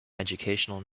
educational